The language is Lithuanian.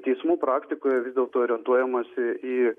teismų praktikoje vis dėlto orientuojamasi į